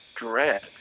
dread